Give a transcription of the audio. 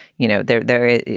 you know, they're there.